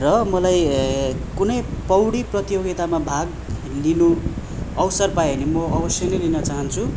र मलाई कुनै पौडी प्रतियोगितामा भाग लिनु अवसर पाएँ भने म अवश्य नै लिन चाहन्छु